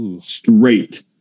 Straight